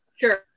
Sure